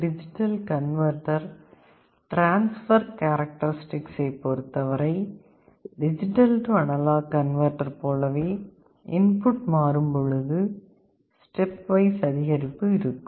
ADC transfer characteristic பொறுத்தவரை DA converter போலவே input மாறும்பொழுது ஸ்டெப்வைஸ் அதிகரிப்பு இருக்கும்